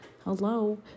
hello